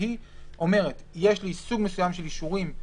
שהיא אומרת: יש לי סוג מסוים של אישורים,